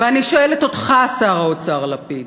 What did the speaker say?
ואני שואלת אותך, שר האוצר לפיד: